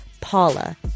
Paula